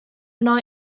yno